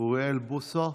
אוריאל בוסו,